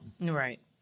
Right